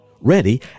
ready